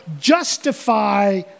justify